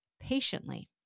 patiently